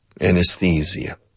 Anesthesia